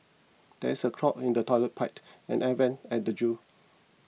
there is a clog in the Toilet Pipe and the Air Vents at the zoo